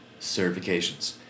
certifications